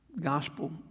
gospel